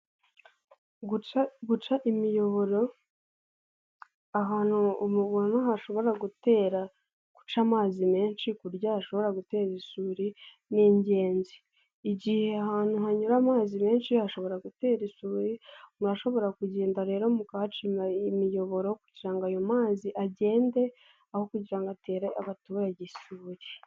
Guca imiyoboro, ahantu hashobora gutera, guca amazi menshi ku buryo hashobora guteza isuri ni ingenzi. Igihe ahantu hanyura amazi menshi hashobora gutera isuri murashobora kugenda rero mukahacira imiyoboro kugira ngo ayo mazi agende. Aho kugira ngo atere abaturage isuri.